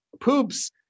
poops